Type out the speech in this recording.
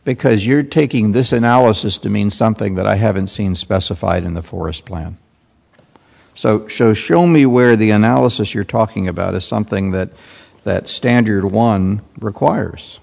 because you're taking this analysis to mean something that i haven't seen specified in the forest plan so show show me where the analysis you're talking about is something that that standard one requires